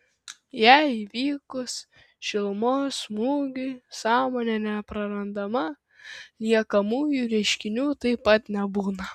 jei įvykus šilumos smūgiui sąmonė neprarandama liekamųjų reiškinių taip pat nebūna